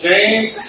James